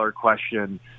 question